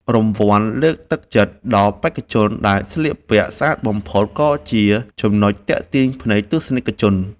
រង្វាន់លើកទឹកចិត្តដល់បេក្ខជនដែលស្លៀកពាក់ស្អាតបំផុតក៏ជាចំណុចទាក់ទាញភ្នែកទស្សនិកជន។